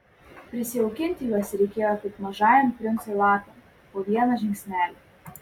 prisijaukinti juos reikėjo kaip mažajam princui lapę po vieną žingsnelį